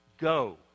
go